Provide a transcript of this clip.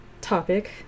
topic